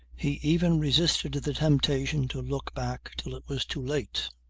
he even resisted the temptation to look back till it was too late.